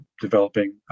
developing